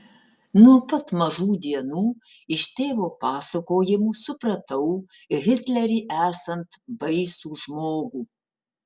nuo pat mažų dienų iš tėvo pasakojimų supratau hitlerį esant baisų žmogų